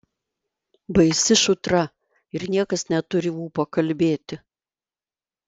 baisi šutra ir niekas neturi ūpo kalbėti